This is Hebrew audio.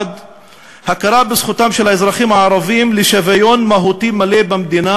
1. הכרה בזכותם של האזרחים הערבים לשוויון מהותי מלא במדינה